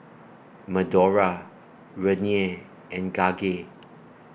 Madora Renea and Gage